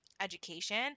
education